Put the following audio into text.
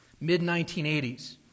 mid-1980s